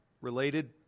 related